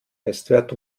bestwert